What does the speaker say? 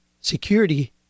security